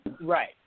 Right